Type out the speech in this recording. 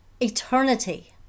eternity